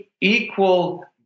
equal